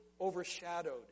overshadowed